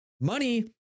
money